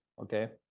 okay